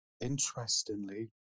interestingly